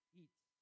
eats